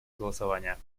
голосования